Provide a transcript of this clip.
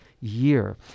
year